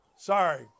Sorry